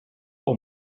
pour